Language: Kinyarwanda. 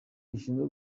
gishinzwe